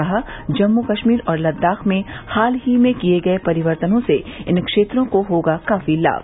कहा जम्मू कश्मीर और लद्दाख में हाल ही में किए गए परिवर्तनों से इन क्षेत्रों को होगा काफी लाभ